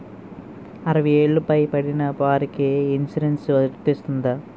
అరవై ఏళ్లు పై పడిన వారికి ఇన్సురెన్స్ వర్తిస్తుందా?